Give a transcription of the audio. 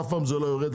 אף פעם זה לא יורד,